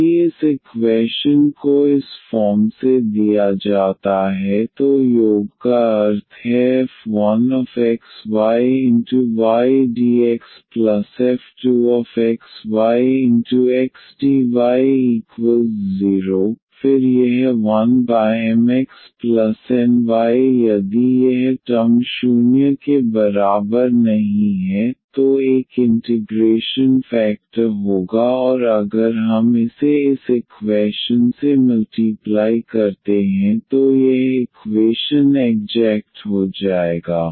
यदि इस इक्वैशन को इस फॉर्म से दिया जाता है तो योग का अर्थ है f1xyydxf2xyxdy0 फिर यह 1Mx Ny यदि यह टर्म 0 के बराबर नहीं है तो एक इंटिग्रेशन फेकटर होगा और अगर हम इसे इस इक्वैशन से मल्टीप्लाई करते हैं तो यह इक्वेशन एग्जेक्ट हो जाएगा